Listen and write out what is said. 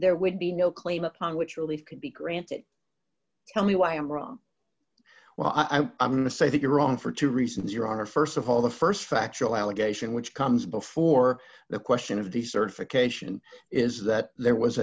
there would be no claim upon which relief could be granted tell me why i'm wrong well i'm going to say that you're wrong for two reasons your honor st of all the st factual allegation which comes before the question of the certification is that there was